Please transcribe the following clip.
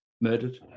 murdered